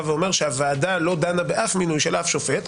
ואומר שהוועדה לא דנה בשום מינוי של שום שופט,